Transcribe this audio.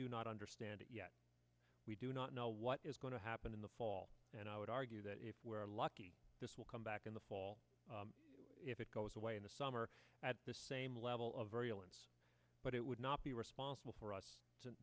do not understand it yet we do not know what is going to happen in the fall and i would argue that if we're lucky this will come back in the fall if it goes away in the summer at the same level of violence but it would not be responsible for us to